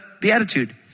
beatitude